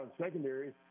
secondary